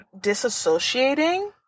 Disassociating